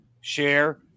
share